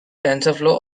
tensorflow